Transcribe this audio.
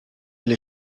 elle